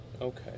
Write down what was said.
Okay